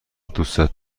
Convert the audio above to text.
دوستت